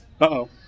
Uh-oh